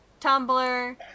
Tumblr